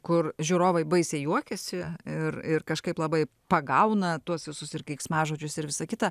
kur žiūrovai baisiai juokiasi ir ir kažkaip labai pagauna tuos visus ir keiksmažodžius ir visa kita